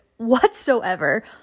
Whatsoever